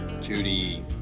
Judy